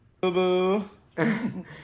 Boo-boo